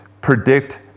predict